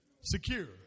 Secure